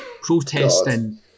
protesting